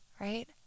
Right